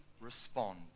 respond